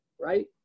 Right